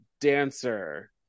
dancer